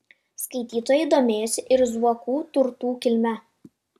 skaitytojai domėjosi ir zuokų turtų kilme